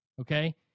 okay